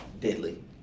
deadly